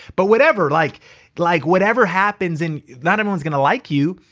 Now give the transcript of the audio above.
but whatever like like whatever happens and not everyone's gonna like you,